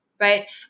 right